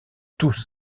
tous